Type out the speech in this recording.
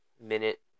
Minute